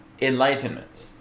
enlightenment